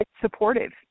supportive